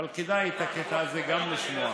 אבל כדאי את הקטע הזה גם לשמוע: